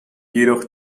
jedoch